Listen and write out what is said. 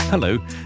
Hello